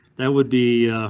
that would be,